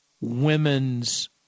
women's